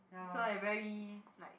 so I very like